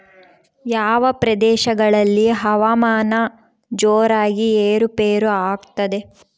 ಯಾವ ಪ್ರದೇಶಗಳಲ್ಲಿ ಹವಾಮಾನ ಜೋರಾಗಿ ಏರು ಪೇರು ಆಗ್ತದೆ?